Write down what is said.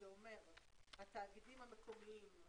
זה אומר התאגידים המקומיים,